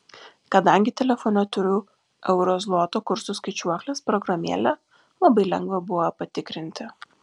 kadangi telefone turiu euro zloto kurso skaičiuoklės programėlę labai lengva buvo patikrinti